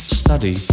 study